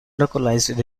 localized